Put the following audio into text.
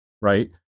right